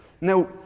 Now